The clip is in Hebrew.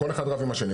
כל אחד רב עם השני.